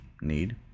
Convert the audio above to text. need